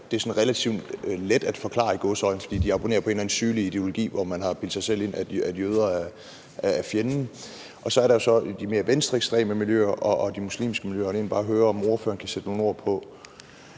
sådan relativt let at forklare – i gåseøjne – fordi de abonnerer på en eller anden sygelig ideologi, hvor de har bildt sig selv ind, at jøder er fjenden, og så er der jo så de mere venstreekstreme miljøer og de muslimske miljøer. Jeg vil egentlig bare høre, om ordføreren kan sætte nogle ord på,